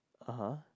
ah [huh]